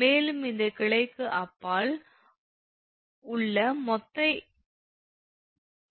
மேலும் இந்த கிளைக்கு அப்பால் உள்ள மொத்த